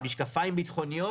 משקפיים ביטחוניות,